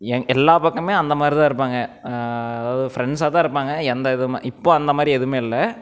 என் எல்லா பக்கமுமே அந்த மாதிரி தான் இருப்பாங்க அதாவது ஃப்ரெண்ட்ஸாக தான் இருப்பாங்க எந்த இதுவுமே இப்போ அந்த மாதிரி எதுவுமே இல்லை